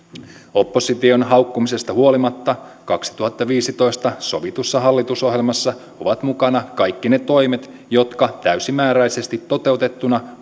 opposition haukkumisesta huolimatta vuonna kaksituhattaviisitoista sovitussa hallitusohjelmassa ovat mukana kaikki ne toimet jotka täysimääräisesti toteutettuina